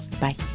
Bye